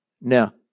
Now